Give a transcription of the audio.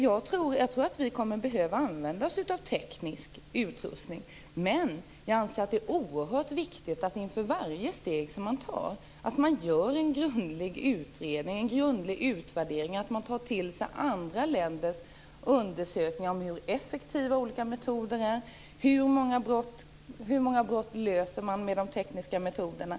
Jag tror att vi kommer att behöva använda oss av teknisk utrustning, men jag anser att det är oerhört viktigt att man inför varje steg som tas gör en grundlig utredning och utvärdering och tar till sig andra länders undersökningar av hur effektiva olika metoder är och av hur många brott man löser med de tekniska metoderna.